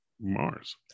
Mars